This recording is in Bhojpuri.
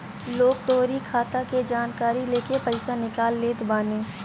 लोग तोहरी खाता के जानकारी लेके पईसा निकाल लेत बाने